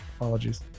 Apologies